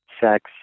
sex